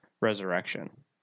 resurrection